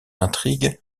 intrigue